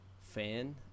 fan